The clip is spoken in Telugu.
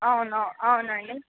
అవును అవునండి